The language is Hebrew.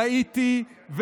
ראיתי,